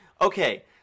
okay